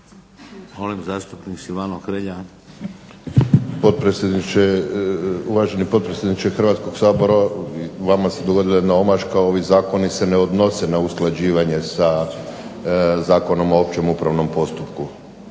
**Hrelja, Silvano (HSU)** Uvaženi potpredsjedniče Hrvatskog sabora vama se dogodila jedna omaška, ovi zakoni se ne odnose na usklađivanje sa Zakonom o općem upravnom postupku.